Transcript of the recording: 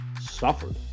suffered